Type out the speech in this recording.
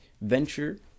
Venture